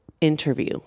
interview